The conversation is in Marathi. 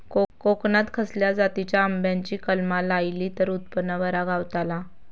कोकणात खसल्या जातीच्या आंब्याची कलमा लायली तर उत्पन बरा गावताला?